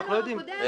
מינואר הקודם,